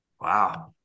Wow